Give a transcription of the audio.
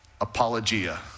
Apologia